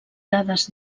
dades